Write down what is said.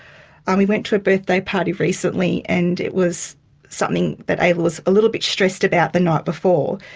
um we went to a birthday party recently and it was something that ayla was a little bit stressed about the night before.